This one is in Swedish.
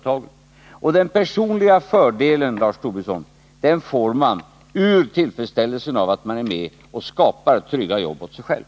Den personliga fördelen, Lars Tobisson, får man ur tillfredsställelsen av att man är med och skapar trygga jobb åt sig själv.